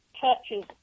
touches